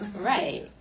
right